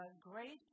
great